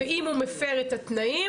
ואם הוא מפר את התנאים,